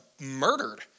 murdered